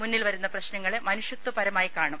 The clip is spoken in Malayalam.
മുന്നിൽ വരുന്ന പ്രശ്നങ്ങളെ മനുഷ്യത്ഥപരമായി കാണും